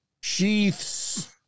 Sheaths